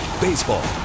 baseball